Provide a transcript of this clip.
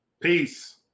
Peace